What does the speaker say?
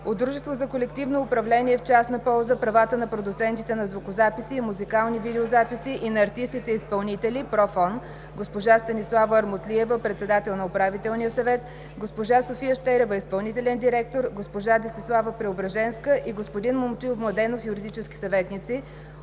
от Дружество за колективно управление в частна полза правата на продуцентите на звукозаписи и музикални видеозаписи и на артистите изпълнители (ПРОФОН): госпожа Станислава Армутлиева – председател на управителния съвет, госпожа София Щерева – изпълнителен директор, госпожа Преображенска и господин Момчил Младенов – юридически съветници;